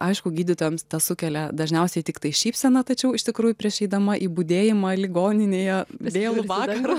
aišku gydytojams sukelia dažniausiai tiktai šypseną tačiau iš tikrųjų prieš eidama į budėjimą ligoninėje vėlų vakarą